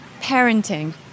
parenting